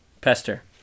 Pester